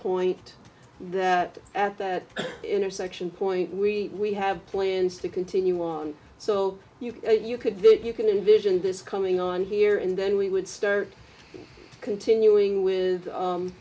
point that at that intersection point we have plans to continue on so you could you can envision this coming on here and then we would start continuing with